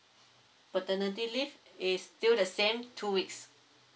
paternity leave it's still the same two weeks